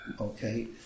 okay